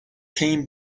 came